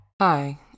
Hi